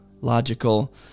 logical